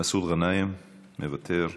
מסעוד גנאים, מוותר,